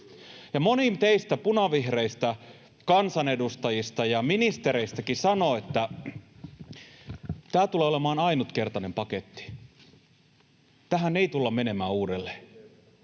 Moni teistä punavihreistä kansanedustajista ja ministereistäkin sanoo, että tämä tulee olemaan ainutkertainen paketti, että tähän ei tulla menemään uudelleen.